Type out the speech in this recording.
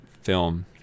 film